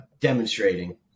demonstrating